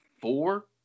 four